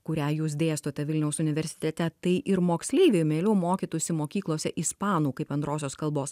kurią jūs dėstote vilniaus universitete tai ir moksleiviai mieliau mokytųsi mokyklose ispanų kaip antrosios kalbos